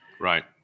Right